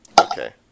Okay